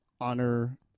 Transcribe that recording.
honor